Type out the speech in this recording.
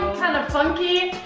kind of funky